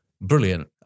brilliant